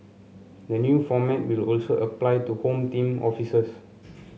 the new format will also apply to Home Team officers